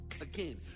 Again